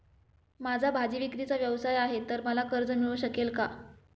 माझा भाजीविक्रीचा व्यवसाय आहे तर मला कर्ज मिळू शकेल का?